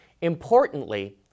Importantly